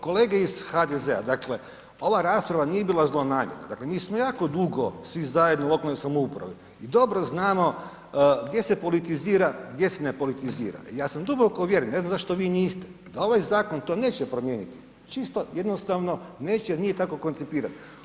Kolege iz HDZ-a, dakle ova rasprava nije bila zlonamjerna, dakle mi smo jako drugo svi zajedno u lokalnoj samoupravi i dobro znamo gdje se politizira, gdje se ne politizira, ja sam duboko uvjeren, ne znam zašto vi niste da ovaj zakon to neće promijeniti, čisto jednostavno neće jer nije tako koncipiran.